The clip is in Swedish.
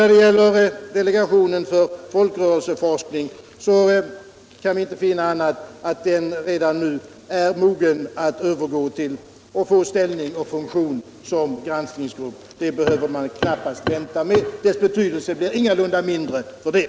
När det gäller delegationen för folkrörelseforskning så kan vi inte finna annat än att den redan nu är mogen att få ställning och funktion som granskningsgrupp. Det behöver man knappast vänta med. Dess betydelse blir ingalunda mindre för det.